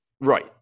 Right